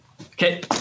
Okay